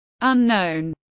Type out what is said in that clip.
unknown